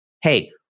hey